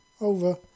Over